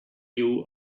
you